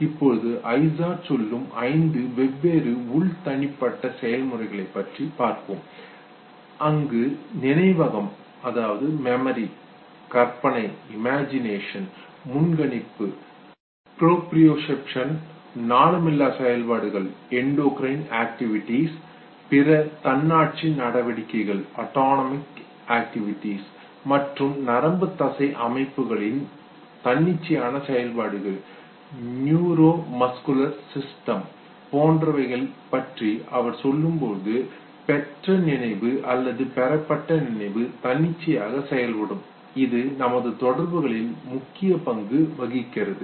இப்போது ஐசார்ட் சொல்லும் ஐந்து வெவ்வேறு உள் தனிப்பட்ட செயல்முறைகளை பற்றி பார்ப்போம் அங்கு நினைவகம் மெமரி கற்பனை இமஜினேஷன் முன்கணிப்பு புரோபிரியோசெப்சன் நாளமில்லா செயல்பாடுகள் எண்டோகிரேன் ஆக்டிவிடிஸ் பிற தன்னாட்சி நடவடிக்கைகள் அடானமிக் ஆக்டிவிடிஸ் மற்றும் நரம்புத்தசை அமைப்புகளின் நியுரொமஸ்குலர் சிஸ்டம் தன்னிச்சையான செயல்பாடுகள் போன்றவைகள் பற்றி அவர் சொல்லும் பொழுது பெற்ற நினைவு அல்லது பெறப்பட்ட நினைவு தன்னிச்சையாக செயல்படும் இது நமது தொடர்புகளில் முக்கிய பங்கு வகிக்கிறது